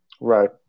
Right